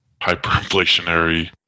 hyperinflationary